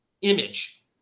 image